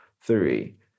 three